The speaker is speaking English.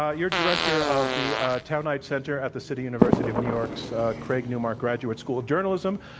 ah you're director of the tow-knight center at the city university of new york's craig newmark graduate school of journalism.